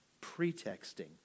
pretexting